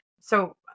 So-